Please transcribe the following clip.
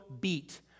beat